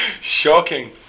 Shocking